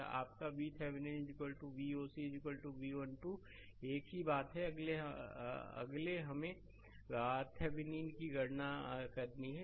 यह आपका VThevenin Voc V 1 2 एक ही बात है अगले हमेंRThevenin की गणना करनी है